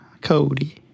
Cody